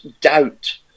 doubt